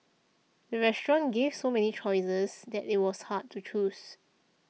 the restaurant gave so many choices that it was hard to choose